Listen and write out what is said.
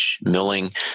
milling